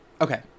okay